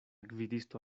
gvidisto